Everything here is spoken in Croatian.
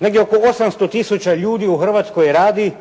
Negdje oko 800 tisuća ljudi u Hrvatskoj radi